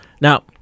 now